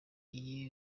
iyi